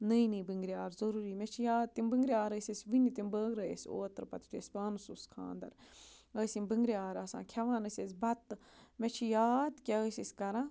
نٔے نٔے بٔنٛگرِ آرٕ ضٔروٗری مےٚ چھِ یاد تِم بنٛگرِ آرٕ ٲسۍ اَسہِ وٕنہِ تِم بٲگرٲے اَسہِ اوترٕ پَتہٕ یُتھُے اَسہِ پانَس اوس خاندَر ٲسۍ یِم بٔنٛگرِ آر آسان کھٮ۪وان ٲسۍ أسۍ بَتہٕ مےٚ چھِ یاد کیٛاہ ٲسۍ أسۍ کَران